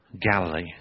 Galilee